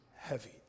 heavy